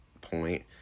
point